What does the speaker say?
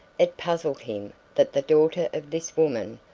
it puzzled him that the daughter of this woman,